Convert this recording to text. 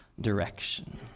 direction